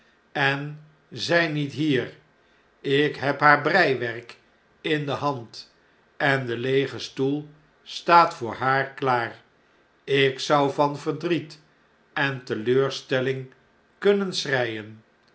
en zy niet bier ik heb haar breiwerk in de hand en de leege stoel staat voor haar klaar ik zou van verdriet en teleurstelling kunnen